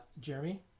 Jeremy